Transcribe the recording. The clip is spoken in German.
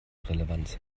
relevanz